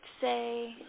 say